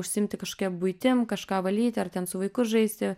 užsiimti kažkokia buitim kažką valyti ar ten su vaiku žaisti